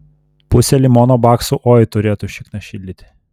pusė limono baksų oi turėtų šikną šildyti